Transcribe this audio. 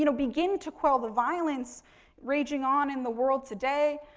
you know begin to call the violence raging on in the world today,